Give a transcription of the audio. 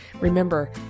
Remember